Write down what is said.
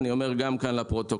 אני אומר גם כאן לפרוטוקול,